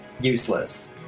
useless